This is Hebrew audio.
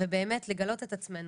ובאמת לגלות את עצמנו,